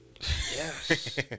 Yes